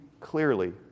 clearly